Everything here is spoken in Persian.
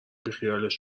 بیخیالش